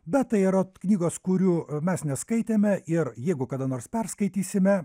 bet tai yra knygos kurių mes neskaitėme ir jeigu kada nors perskaitysime